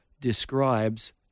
describes